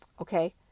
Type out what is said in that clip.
Okay